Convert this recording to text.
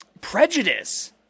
prejudice